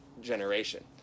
generation